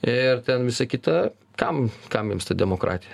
ir ten visa kita kam kam jiems ta demokratija